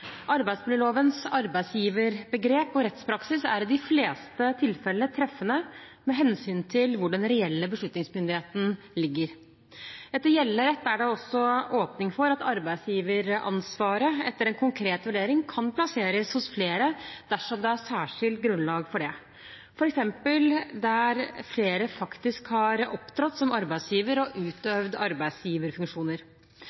Arbeidsmiljølovens arbeidsgiverbegrep og rettspraksis er i de fleste tilfellene treffende med hensyn til hvor den reelle beslutningsmyndigheten ligger. Etter gjeldende rett er det også åpning for at arbeidsgiveransvaret etter en konkret vurdering kan plasseres hos flere dersom det er et særskilt grunnlag for det, f.eks. der flere faktisk har opptrådt som arbeidsgiver og